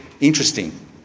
interesting